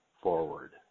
forward